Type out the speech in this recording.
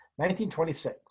1926